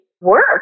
work